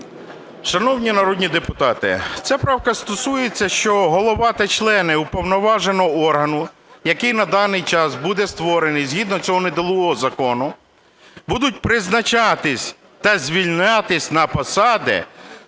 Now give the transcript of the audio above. Шановні народні депутати, ця правка стосується, що голова та члени уповноваженого органу, який на даний час буде створений згідно цього недолугого закону, будуть призначатись та звільнятись з посади